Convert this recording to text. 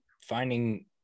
finding –